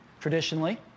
traditionally